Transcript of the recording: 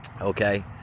okay